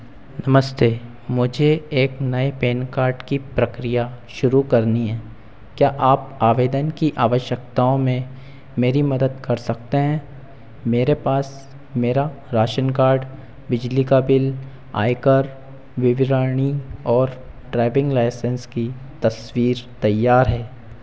नमस्ते मुझे एक नए पैन कार्ड की प्रक्रिया शुरू करनी है क्या आप आवेदन की आवश्यकताओं में मेरी मदद कर सकते हैं मेरे पास मेरा राशन कार्ड बिजली का बिल आयकर विवरणी और ड्राइविंग लाइसेंस की तस्वीर तैयार है